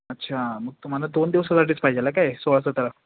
अच्छा मग तुम्हाला दोन दिवसासाठीच पाहिजेल आहे काय सोळा सतरा